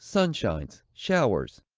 sunshine, showers,